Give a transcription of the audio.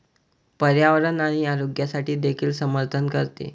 पर्यावरण आणि आरोग्यासाठी देखील समर्थन करते